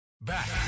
back